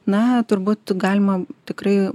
na turbūt galima tikrai